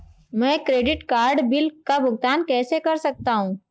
मैं credit card bill का भुगतान कैसे कर सकता हूं?